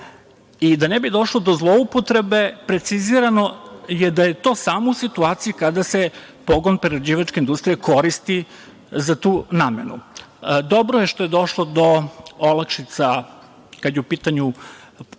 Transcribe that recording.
Da ne bi došlo do zloupotrebe, precizirano je da je to samo u situaciji kada se pogon prerađivačke industrije koristi za tu namenu. Dobro je što je došlo do olakšica kada je u pitanju